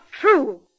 true